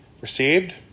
received